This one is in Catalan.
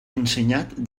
ensenyat